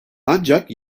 ancak